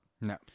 no